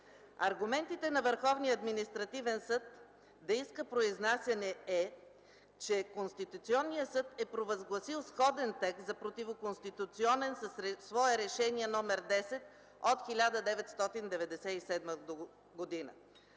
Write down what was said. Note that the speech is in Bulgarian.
административен съд да иска произнасяне са, че Конституционният съд е провъзгласил сходен текст за противоконституционен със свое Решение № 10 от 1997 г.